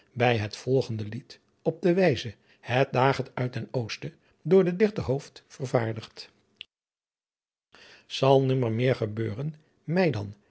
bij het volgende lied op de wijze het daget uit den oosten door den dichter hooft vervaardigd zal nemmermeer gebeuren mij dan